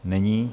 Není.